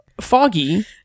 Foggy